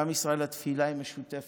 בעם ישראל התפילה היא משותפת,